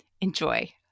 Enjoy